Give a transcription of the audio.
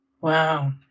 Wow